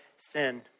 sin